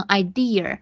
idea，